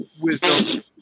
wisdom